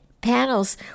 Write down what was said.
Panels